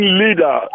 leader